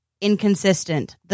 inconsistent